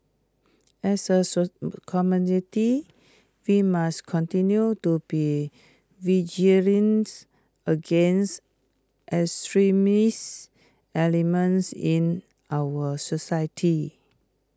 as A community we must continue to be vigilance against extremist elements in our society